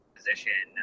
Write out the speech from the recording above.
position